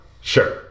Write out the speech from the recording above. Sure